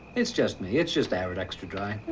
it's just it's just arrid extra dry.